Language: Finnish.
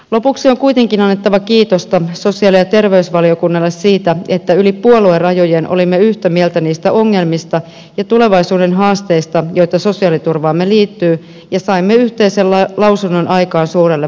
lopuksi on kuitenkin annettava kiitosta sosiaali ja terveysvaliokunnalle siitä että yli puoluerajojen olimme yhtä mieltä niistä ongelmista ja tulevaisuuden haasteista joita sosiaaliturvaamme liittyy ja saimme yhteisen lausunnon aikaan suurelle valiokunnalle